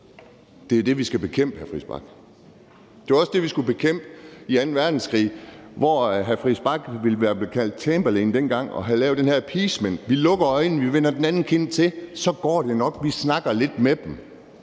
Det er jo det, vi skal bekæmpe, hr. Christian Friis Bach. Det var også det, vi skulle bekæmpe i anden verdenskrig, hvor hr. Christian Friis Bach ville være blevet kaldt Chamberlain og have lavet den her appeasement. Vi lukker øjnene og vender den anden kind til. Så går det nok. Vi snakker lidt med dem.